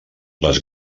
les